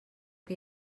que